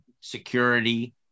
security